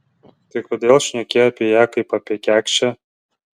tai kodėl šneki apie ją kaip apie kekšę